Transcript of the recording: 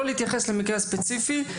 לא להתייחס למקרה הספציפי,